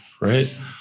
right